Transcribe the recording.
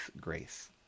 grace